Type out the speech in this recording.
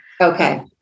Okay